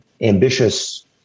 ambitious